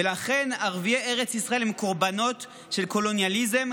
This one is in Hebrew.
ולכן ערביי ארץ ישראל הם קורבנות של קולוניאליזם,